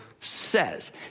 says